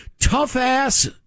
Tough-ass